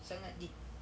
sangat deep